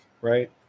right